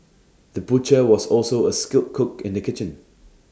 the butcher was also A skilled cook in the kitchen